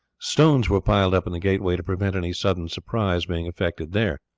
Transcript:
stones were piled up in the gateway to prevent any sudden surprise being effected there.